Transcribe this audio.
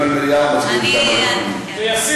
ועדה?